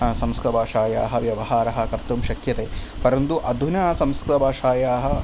संस्कृतभाषायाः व्यवहारः कर्तुं शक्यते परन्तु अधुना संस्कृतभाषायाः